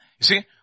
see